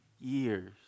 years